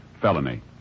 felony